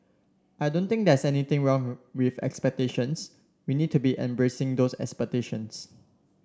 I don't think there's anything wrong with expectations we need to be embracing those expectations